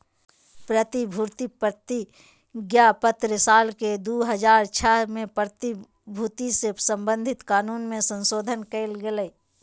प्रतिभूति प्रतिज्ञापत्र साल के दू हज़ार छह में प्रतिभूति से संबधित कानून मे संशोधन कयल गेलय